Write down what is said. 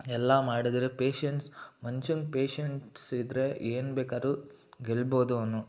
ಎಲ್ಲ ಮಾಡಿದ್ರೆ ಪೇಶೆನ್ಸ್ ಮನ್ಷ್ಯಂಗೆ ಪೇಶೆನ್ಸ್ ಇದ್ರೆ ಏನು ಬೇಕಾರು ಗೆಲ್ಬೋದು ಅವನು